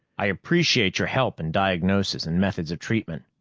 i appreciate your help in diagnosis and methods of treatment.